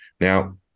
Now